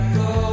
go